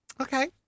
Okay